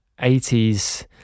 80s